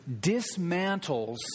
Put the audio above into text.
dismantles